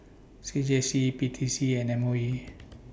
C J C P T C and M O E